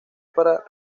para